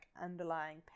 underlying